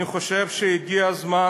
אני חושב שהגיע הזמן,